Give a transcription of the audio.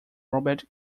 robert